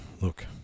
look